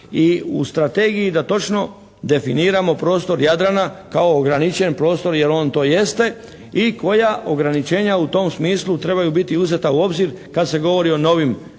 u strategiji da točno definiramo prostor Jadrana kao ograničeni prostor jer on to jeste. I koja ograničenja u tom smislu trebaju biti uzeta u obzir kad se govori o novim vezovima,